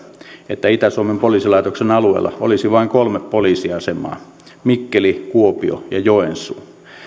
että itä suomen poliisilaitoksen alueella olisi vain kolme poliisiasemaa mikkeli kuopio ja joensuu